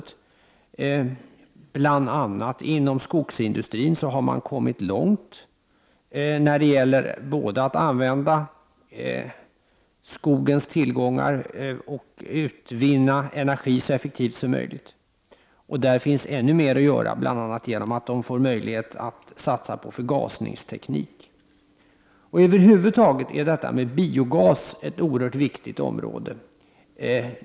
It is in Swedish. Inom bl.a. skogsindustrin har man kommit långt när det gäller både att använda skogens tillgångar och att utvinna energi så effektivt som möjligt. Där finns ännu mera att göra, bl.a. genom att skogsindustrin får möjlighet att satsa på förgasningsteknik. Över huvud taget är biogasen ett mycket viktigt område.